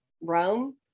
Rome